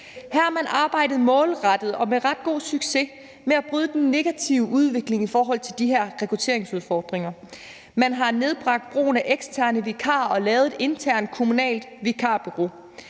Her har man arbejdet målrettet og med ret god succes med at bryde den negative udvikling i forhold til de her rekrutteringsudfordringer. Man har nedbragt brugen af eksterne vikarer og lavet et internt kommunalt vikarbureau.